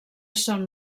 són